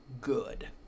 good